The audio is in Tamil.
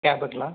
கேபுங்களா